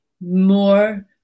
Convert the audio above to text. more